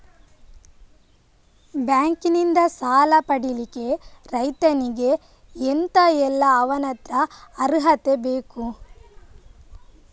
Bank ನಿಂದ ಸಾಲ ಪಡಿಲಿಕ್ಕೆ ರೈತನಿಗೆ ಎಂತ ಎಲ್ಲಾ ಅವನತ್ರ ಅರ್ಹತೆ ಬೇಕು?